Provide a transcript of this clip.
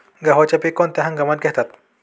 गव्हाचे पीक कोणत्या हंगामात घेतात?